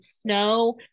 snow